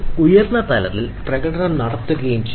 ഉയർന്ന തലത്തിൽ പ്രകടനം നടത്തുകയും ചെയ്യും